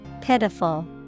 Pitiful